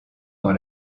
dans